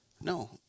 No